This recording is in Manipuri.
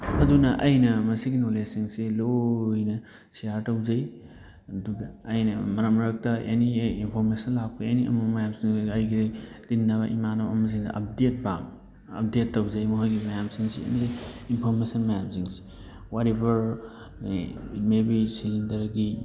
ꯑꯗꯨꯅ ꯑꯩꯅ ꯃꯁꯤꯒꯤ ꯅꯣꯂꯦꯖꯁꯤꯡꯁꯦ ꯂꯣꯏꯅ ꯁꯤꯌꯥꯔ ꯇꯧꯖꯩ ꯑꯗꯨꯒ ꯑꯩꯅ ꯃꯔꯛ ꯃꯔꯛꯇ ꯑꯦꯅꯤ ꯑꯩ ꯏꯟꯐꯣꯔꯃꯦꯁꯟ ꯂꯥꯛꯄ ꯑꯦꯅꯤ ꯑꯃ ꯑꯃ ꯃꯌꯥꯝꯁꯤꯡꯗꯨꯗ ꯑꯩꯒꯤ ꯇꯤꯟꯅꯕ ꯏꯃꯥꯟꯅꯕ ꯑꯃꯁꯤꯡꯗ ꯑꯞꯗꯦꯠ ꯑꯞꯗꯦꯠ ꯇꯧꯖꯩ ꯃꯈꯣꯏꯒꯤ ꯃꯌꯥꯝꯁꯤꯡꯁꯦ ꯑꯦꯅꯤ ꯏꯟꯐꯣꯔꯃꯦꯁꯟ ꯃꯌꯥꯝꯁꯤꯡꯁꯦ ꯋꯥꯠꯑꯦꯕꯔ ꯏꯠ ꯃꯦꯕꯤ ꯁꯤꯂꯤꯟꯗꯔꯒꯤ